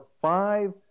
five